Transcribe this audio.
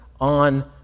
on